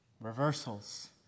Reversals